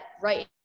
right